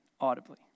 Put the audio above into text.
audibly